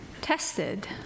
tested